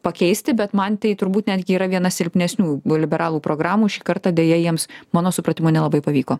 pakeisti bet man tai turbūt netgi yra viena silpnesnių liberalų programų šį kartą deja jiems mano supratimu nelabai pavyko